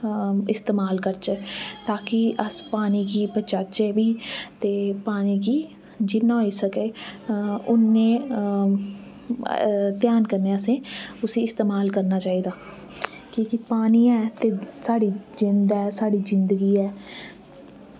इस्तेमाल करचै ताकि अस पानी गी बचाचै बी ते पानी गी जिन्ना होई सकै उन्ने ध्यान कन्नै असैं उस्सी इस्तेमाल करना चाहिदा कि की पानी ऐ ते साढ़ी जिन्द ऐ साढ़ी जिन्गी ऐ